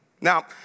Now